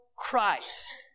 Christ